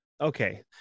Okay